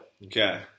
Okay